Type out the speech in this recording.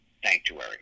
sanctuary